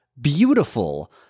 beautiful